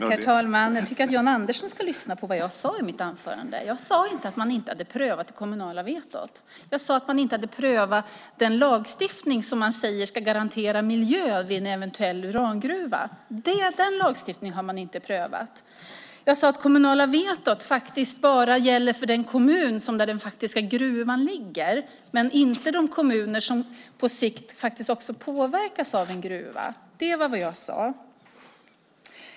Herr talman! Jag tycker att Jan Andersson borde ha lyssnat på vad jag sade i mitt anförande. Jag sade inte att man inte hade prövat det kommunala vetot. Jag sade att man inte hade prövat den lagstiftning som man säger ska garantera miljön vid en eventuell urangruva. Den lagstiftningen har inte prövats. Jag sade också att det kommunala vetot bara gäller för den kommun där den faktiska gruvan ligger men inte för de kommuner som på sikt påverkas av gruvan. Det var vad jag sade.